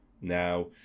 Now